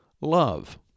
love